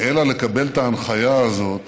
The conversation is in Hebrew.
אלא לקבל את ההנחיה הזאת